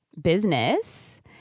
business